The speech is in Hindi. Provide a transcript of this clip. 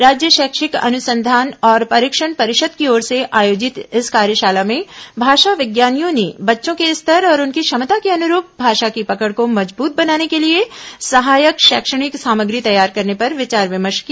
राज्य अनुसंधान और परीक्षण परिषद ँ की ओर से आयोजित इस कार्यशाला में भाषा विज्ञानियों ने बच्चों शैक्षिक के स्तर और उनको क्षमता के अनुरूप भाषा की पकड़ को मजबूत बनाने के लिए सहायक शैक्षणिक सामग्री तैयार करने पर विचार विमर्श किया